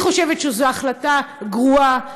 אני חושבת שזאת החלטה גרועה,